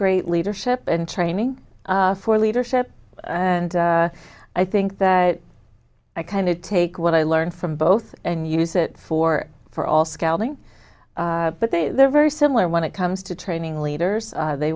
great leadership and training for leadership and i think that i kind of take what i learned from both and use it for for all scouting but they are very similar when it comes to training leaders they